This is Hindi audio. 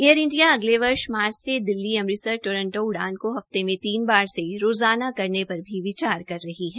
एयर इंडिया अगले वर्ष मार्च से दिल्ली अमृतसर टोरटों उड़ान को हफते मे तीन बार से रोज़ाना करने पर विचार कर रही है